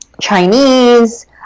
Chinese